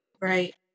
Right